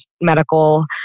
medical